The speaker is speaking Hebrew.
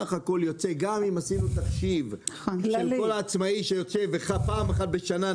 סך הכול יוצא גם אם עשינו תחשיב שכל עצמאי יושב פעם אחת בשנה,